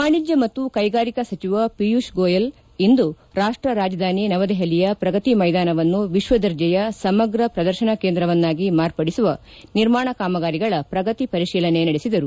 ವಾಣಿಜ್ಞ ಮತ್ತು ಕೈಗಾರಿಕಾ ಸಜಿವ ಪಿಯೂಷ್ ಗೋಯಲ್ ಇಂದು ರಾಷ್ಟ ರಾಜಧಾನಿ ನವದೆಪಲಿಯ ಪ್ರಗತಿ ಮೈದಾನವನ್ನು ವಿಶ್ವದರ್ಜೆಯ ಸಮಗ್ರ ಪ್ರದರ್ಶನ ಕೇಂದ್ರವನ್ನಾಗಿ ಮಾರ್ಪಡಿಸುವ ನಿರ್ಮಾಣ ಕಾಮಗಾರಿಗಳ ಪ್ರಗತಿ ಪರಿಶೀಲನೆ ನಡೆಸಿದರು